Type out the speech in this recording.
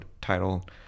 title